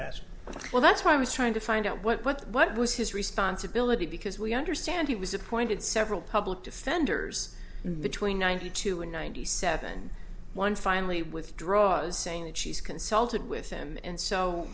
ask well that's what i was trying to find out what what was his responsibility because we understand he was appointed several public defenders between ninety two and ninety seven one finally withdraws saying that she's consulted with him and so